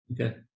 Okay